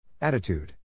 Attitude